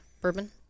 bourbon